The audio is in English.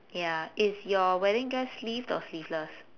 ya is your wedding dress sleeved or sleeveless